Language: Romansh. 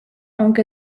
aunc